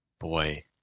Boy